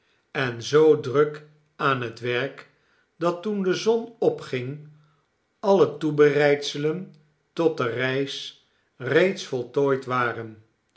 en zoo druk aan het werk dat toen de zon opging alle toebereidselen tot de reis reeds voltooid waren